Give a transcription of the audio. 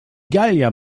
gallier